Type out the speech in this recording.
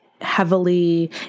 heavily